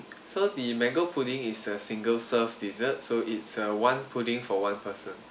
so the mango pudding is a single serve dessert so it's a one pudding for one person